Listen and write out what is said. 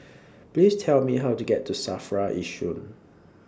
Please Tell Me How to get to SAFRA Yishun